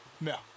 No